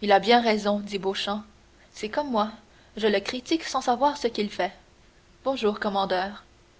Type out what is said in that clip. il a bien raison dit beauchamp c'est comme moi je le critique sans savoir ce qu'il fait bonjour commandeur